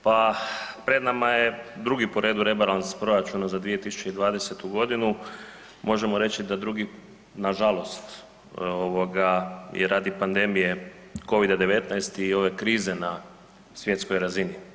Pa pred nama je drugi po redu rebalans proračuna za 2020. godinu, možemo reći da drugi nažalost je radi pandemije covida-19 i ove krize na svjetskoj razini.